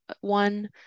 one